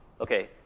Okay